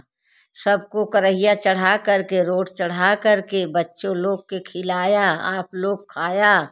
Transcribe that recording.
सबको कढ़ाई चढ़ा करके रोड चढ़ा कर के बच्चों लोग के खिलाया आप लोग खाया